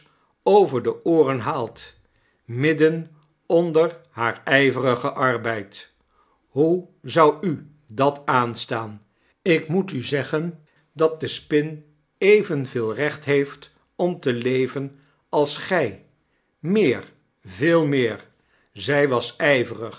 haar huisoverde ooren haalt midden onder haar yverigen arbeid hoe zou u dat aanstaan ik moet u zeggen dat die spin evenveel recht heeft om televen als gy meer veel meer zy was